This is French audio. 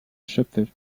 chapelle